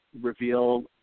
reveal